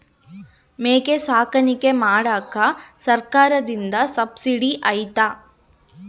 ಮೇಕೆ ಸಾಕಾಣಿಕೆ ಮಾಡಾಕ ಸರ್ಕಾರದಿಂದ ಸಬ್ಸಿಡಿ ಐತಾ?